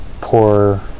poor